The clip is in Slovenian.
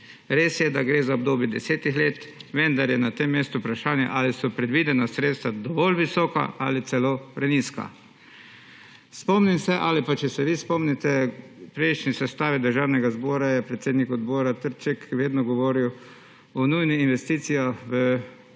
Res je, da gre za obdobje desetih let, vendar je na tem mestu vprašanje, ali so predvidena sredstva dovolj visoka ali celo prenizka. Spomnim se ali pa če se vi spomnite, v prejšnji sestavi Državnega zbora je predsednik odbora Trček vedno govoril o nujnih investicijah v